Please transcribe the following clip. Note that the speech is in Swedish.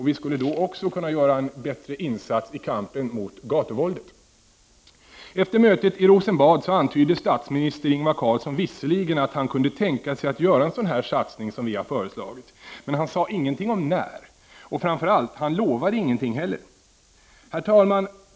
Vi skulle då också kunna göra en bättre insats i kampen mot gatu = Prot. 1989/90:32 våldet. 24 november 1989 Efter mötet i Rosenbad antydde visserligen statsminister Ingvar Carlsson. ZA att han kunde tänka sig att göra en sådan satsning som vi har föreslagit. Men han sade ingenting om när och framför allt lovade han ingenting heller. Herr talman!